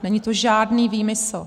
Není to žádný výmysl.